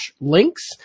links